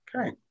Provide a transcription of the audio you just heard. okay